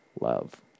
love